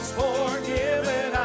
forgiven